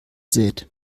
sät